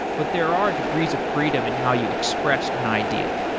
but there are degrees of freedom in how you express an idea.